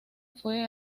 fue